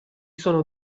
sono